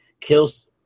kills